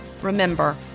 Remember